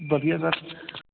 ਵਧੀਆ ਸਰ